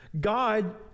God